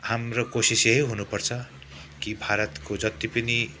हाम्रो कोसिस यही हुनुपर्छ कि भारतको जति पनि